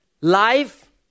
life